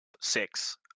six